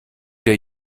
der